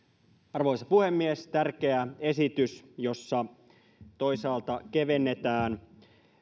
arvoisa puhemies tämä on tärkeä esitys jossa toisaalta kevennetään